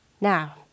Now